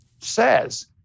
says